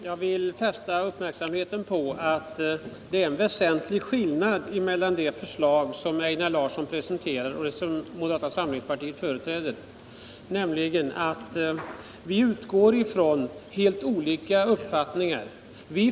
Herr talman! Jag vill fästa uppmärksamheten på att det är en väsentlig skillnad mellan det förslag som Einar Larsson presenterade och det som moderata samlingspartiet företräder. Vi utgår från helt olika förutsättningar.